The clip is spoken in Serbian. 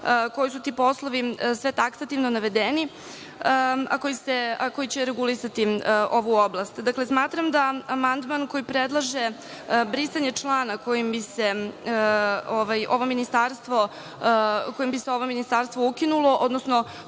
koji su ti poslovi, sve taksativno navedeni, a koji će regulisati ovu oblast. Dakle, smatram da amandman koji predlaže brisanje člana kojim bi se ovo ministarstvo ukinulo, odnosno